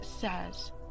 says